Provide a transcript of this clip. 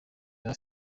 yari